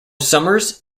summers